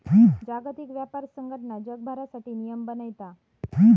जागतिक व्यापार संघटना जगभरासाठी नियम बनयता